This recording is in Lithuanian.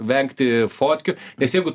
vengti fotkių nes jeigu